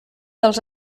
dels